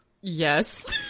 Yes